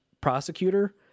prosecutor